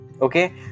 Okay